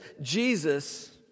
Jesus